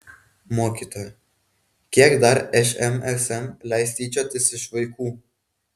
mokytoja kiek dar šmsm leis tyčiotis iš vaikų